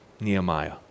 Nehemiah